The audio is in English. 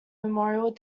memorial